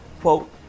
quote